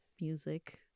music